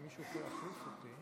חבריי חברי הכנסת,